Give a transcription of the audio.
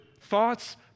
thoughts